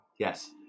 Yes